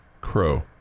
crow